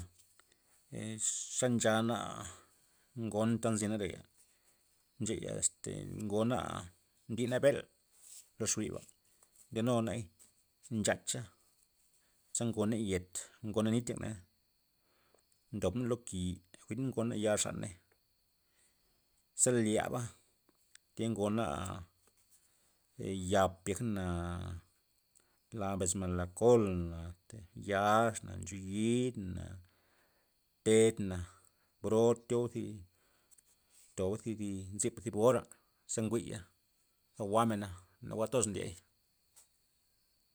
Es ze nchana ngon ta' nzina reya ncheya ngona ndina mbel, lo xbi'ba ndenu nay nchachay ze ngoney yet, ngomen nita loney, ndobney loki, jwi'n ngona ya' xaney ze lyaba', thia ngona yap yekney na, la mbesmen la kolna yaxna', ncheyidna', tedna' bro thi'oba zi toba' zi- zip ora' ze nguya', jwa'n jwa'mena, nawue toz ndie'y.